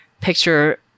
picture